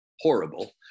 horrible